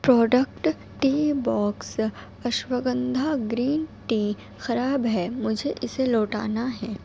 product tea box ashwagandha green tea خراب ہے مجھے اسے لوٹانا ہے